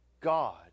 God